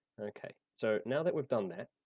okay, so now that we've done that